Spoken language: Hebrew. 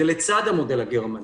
זה לצד המודל הגרמני.